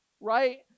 Right